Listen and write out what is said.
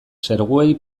serguei